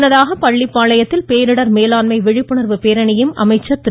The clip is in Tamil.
முன்னதாக பள்ளிப்பாளையத்தில் பேரிடர் மேலாண்மை விழிப்புணர்வு பேரணியையும் அமைச்சர் திரு